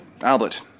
Albert